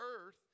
earth